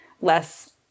less